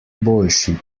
boljši